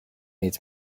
needs